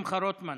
שמחה רוטמן,